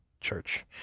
church